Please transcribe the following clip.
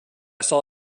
saw